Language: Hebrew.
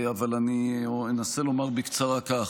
אבל אני אנסה לומר בקצרה כך: